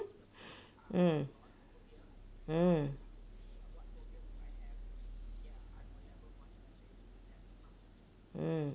mm